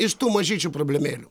iš tų mažyčių problemėlių